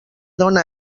dóna